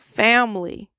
family